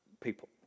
people